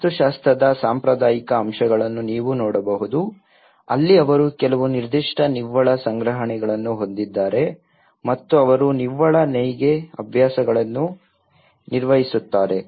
ವಾಸ್ತುಶಾಸ್ತ್ರದ ಸಾಂಪ್ರದಾಯಿಕ ಅಂಶಗಳನ್ನು ನೀವು ನೋಡಬಹುದು ಅಲ್ಲಿ ಅವರು ಕೆಲವು ನಿರ್ದಿಷ್ಟ ನಿವ್ವಳ ಸಂಗ್ರಹಣೆಗಳನ್ನು ಹೊಂದಿದ್ದಾರೆ ಮತ್ತು ಅವರು ನಿವ್ವಳ ನೇಯ್ಗೆ ಅಭ್ಯಾಸಗಳನ್ನು ನಿರ್ವಹಿಸುತ್ತಾರೆ